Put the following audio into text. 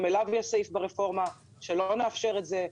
גם לזה יש סעיף ברפורמה שלא מאפשר את זה.